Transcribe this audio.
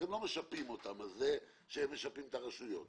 אתם לא משפים אותם על זה שהם משפים את הרשויות,